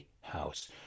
house